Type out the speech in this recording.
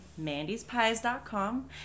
mandyspies.com